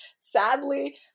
sadly